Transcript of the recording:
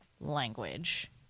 language